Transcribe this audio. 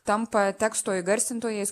tampa teksto įgarsintojais